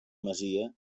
masia